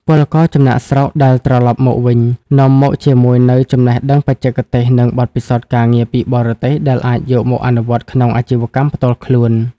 ពលករចំណាកស្រុកដែលត្រឡប់មកវិញ នាំមកជាមួយនូវ "ចំណេះដឹងបច្ចេកទេស" និងបទពិសោធន៍ការងារពីបរទេស ដែលអាចយកមកអនុវត្តក្នុងអាជីវកម្មផ្ទាល់ខ្លួន។